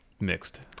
Mixed